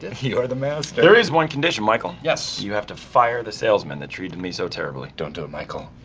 then. you're the master. there is one condition michael. yes. you have to fire the salesman that treated me so terribly. don't do it, michael.